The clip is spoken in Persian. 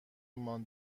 مان